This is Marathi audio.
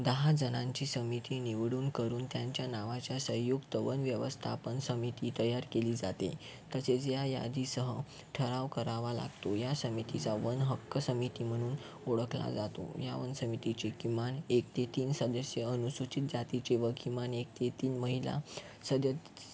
दहा जणांची समिती निवडून करून त्यांच्या नावाच्या संयुक्त वन व्यवस्थापन समिती तयार केली जाते तसेच या यादीसह ठराव करावा लागतो या समितीचा वन हक्क समिती म्हणून ओळखला जातो या वन समितीची किमान एक ते तीन सदस्य अनुसूचित जातीचे व किमान एक ते तीन महिला सदस्य